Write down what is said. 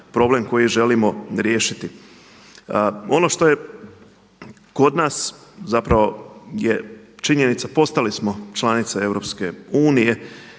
problem koji želimo riješiti. Ono što je kod nas je činjenica postali smo članica EU,